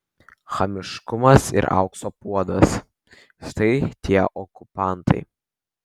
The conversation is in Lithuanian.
chamiškumas ir aukso puodas štai tie okupantai